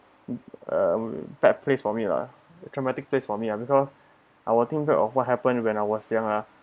uh bad place for me lah the traumatic place for me lah because I'll think back of what happened when I was young ah